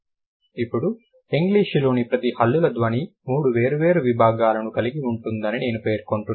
ఇప్పుడు ఇంగ్లీషులోని ప్రతి హల్లుల ధ్వని మూడు వేర్వేరు విభాగాలను కలిగి ఉంటుందని నేను పేర్కొంటున్నాను